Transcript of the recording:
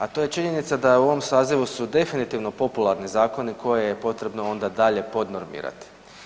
A to je činjenica da u ovom sazivu su definitivno popularni zakoni koje je potrebno onda dalje podnormirati.